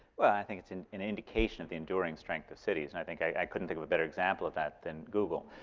well i think it's an an indication of the enduring strength of cities. and i think i couldn't think of a better example of that than google.